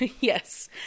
yes